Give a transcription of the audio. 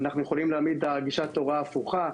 אנחנו יכולים להעמיד את גישת ההוראה ההפוכה,